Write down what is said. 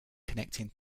connecting